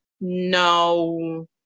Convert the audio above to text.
no